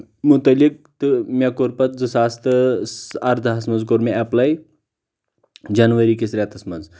متعلِق تہٕ مےٚ کوٚر پتہٕ زٕ ساس تہٕ اردہس منٛز کوٚر مےٚ ایٚپلے جنؤری کِس رٮ۪تس منٛز